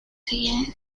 seguían